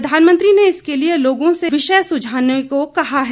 प्रधानमंत्री ने इसके लिए लोगों से विषय सुझाने को कहा है